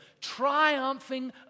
triumphing